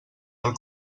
del